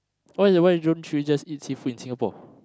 why you why don't you just eat seafood in Singapore